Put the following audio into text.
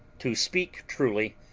to speak truly,